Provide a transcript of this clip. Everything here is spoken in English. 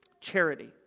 charity